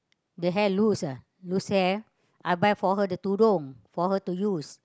then hair lose ah lose hair I buy for her the tudung for her to use